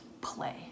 play